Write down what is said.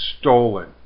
stolen